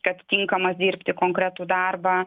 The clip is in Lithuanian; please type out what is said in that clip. kad tinkamas dirbti konkretų darbą